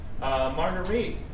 Marguerite